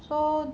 so